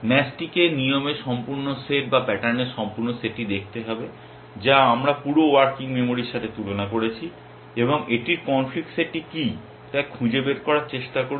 ম্যাচটিকে নিয়মের সম্পূর্ণ সেট বা প্যাটার্নের সম্পূর্ণ সেটটি দেখতে হবে যা আমরা পুরো ওয়ার্কিং মেমরির সাথে তুলনা করেছি এবং এটির কনফ্লিক্ট সেটটি কী তা খুঁজে বের করার চেষ্টা করুন